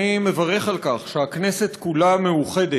אני מברך על כך שהכנסת כולה מאוחדת